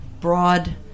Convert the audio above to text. broad